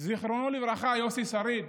יוסי שריד,